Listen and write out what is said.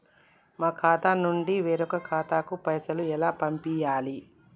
మా ఖాతా నుండి వేరొక ఖాతాకు పైసలు ఎలా పంపియ్యాలి?